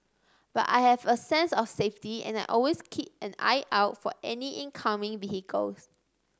but I have a sense of safety and I always keep an eye out for any incoming vehicles